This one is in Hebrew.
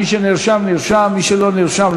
מי שנרשם, נרשם, מי שלא נרשם,